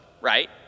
right